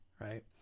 right